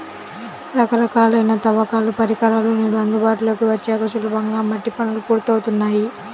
రకరకాలైన తవ్వకాల పరికరాలు నేడు అందుబాటులోకి వచ్చాక సులభంగా మట్టి పనులు పూర్తవుతున్నాయి